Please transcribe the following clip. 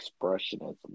expressionism